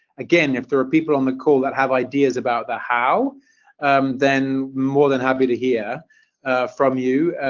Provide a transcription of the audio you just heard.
again, if there are people on the call that have ideas about the how then more than happy to hear from you.